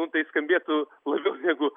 nu tai skambėtų labiau negu